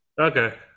Okay